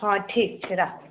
हँ ठीक छै राखू